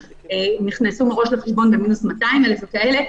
ממסגרת אשראי של 1,000 שקל.